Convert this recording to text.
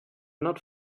not